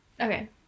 Okay